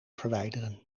verwijderen